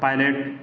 pilot